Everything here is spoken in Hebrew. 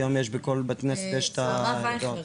היום יש בכל בית כנסת את ה- -- הרב אייכלר,